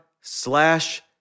slash